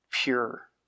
pure